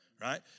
right